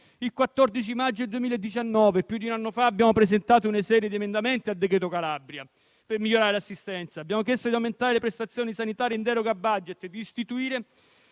Il 14 maggio 2019, più di un anno fa, abbiamo presentato una serie di emendamenti al cosiddetto decreto Calabria per migliorare l'assistenza, chiedendo di aumentare le prestazioni sanitarie in deroga a *budget*, di istituire